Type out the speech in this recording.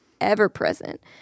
ever-present